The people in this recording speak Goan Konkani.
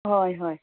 हय हय